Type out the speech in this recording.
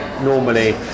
normally